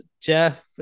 Jeff